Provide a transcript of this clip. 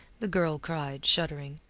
the girl cried, shuddering.